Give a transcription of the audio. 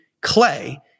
clay